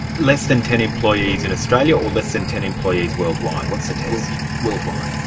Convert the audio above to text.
less than ten employees in australia, or less than ten employees worldwide? what's the test? worldwide.